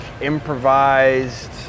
improvised